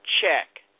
check